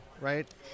right